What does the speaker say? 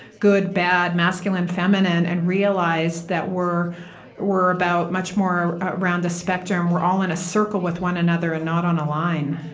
good bad, masculine feminine, and realize that we're we're much more around a spectrum. we're all in a circle with one another, and not on a line